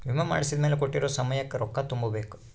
ವಿಮೆ ಮಾಡ್ಸಿದ್ಮೆಲೆ ಕೋಟ್ಟಿರೊ ಸಮಯಕ್ ರೊಕ್ಕ ತುಂಬ ಬೇಕ್